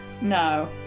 No